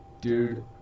dude